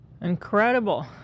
Incredible